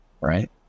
right